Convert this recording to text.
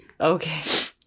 Okay